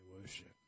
worship